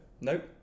Nope